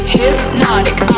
hypnotic